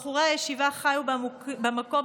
בחורי הישיבה חיו במקום,